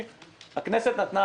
הוא היה אמור להיות מיושם כבר בפברואר.